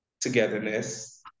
togetherness